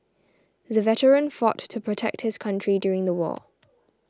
the veteran fought to protect his country during the war